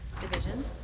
division